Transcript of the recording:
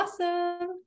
Awesome